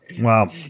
Wow